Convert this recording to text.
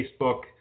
Facebook